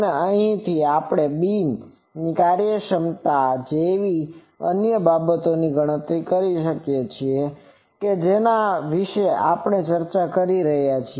અને અહીંથી આપણે બીમ ની કાર્યક્ષમતા જેવી અન્ય બાબતોની પણ ગણતરી કરી શકીએ છીએ કે જેના વિશે આપણે ચર્ચા કરી છે